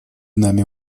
нами